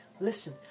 Listen